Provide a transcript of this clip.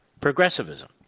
progressivism